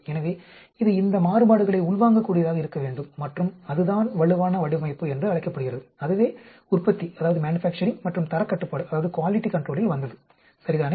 எனவே இது இந்த மாறுபாடுகளை உள்வாங்கக் கூடியதாக இருக்க வேண்டும் மற்றும் அதுதான் வலுவான வடிவமைப்பு என்று அழைக்கப்படுகிறது அதுவே உற்பத்தி மற்றும் தரக் கட்டுப்பாட்டில் வந்தது சரிதானே